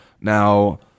Now